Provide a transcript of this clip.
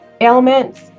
ailments